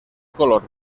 color